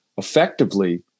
effectively